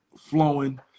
flowing